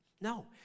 No